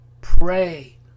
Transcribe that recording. Pray